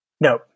No